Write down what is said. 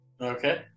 Okay